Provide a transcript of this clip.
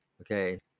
Okay